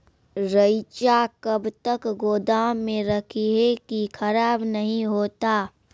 रईचा कब तक गोदाम मे रखी है की खराब नहीं होता?